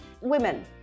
Women